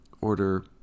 order